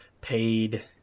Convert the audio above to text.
paid